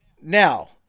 Now